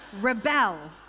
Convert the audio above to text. Rebel